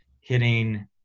hitting